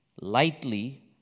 lightly